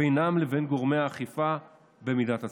בינם לבין גורמי האכיפה במידת הצורך.